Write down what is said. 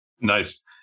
Nice